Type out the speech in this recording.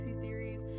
theories